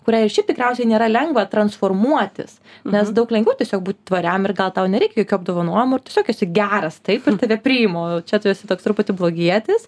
kuriai ir šiaip tikriausiai nėra lengva transformuotis nes daug lengviau tiesiog būt tvariam ir gal tau nereikia jokių apdovanojimų ir tiesiog esi geras taip ir tave priima o čia tu esi toks truputį blogietis